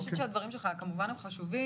אני חושבת שהדברים שלך כמובן הם חשובים